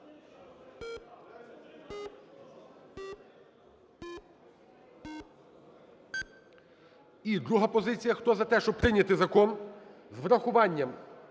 І друга позиція. Хто за те, щоб прийняти закон з урахуванням